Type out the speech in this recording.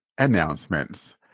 Announcements